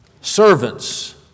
Servants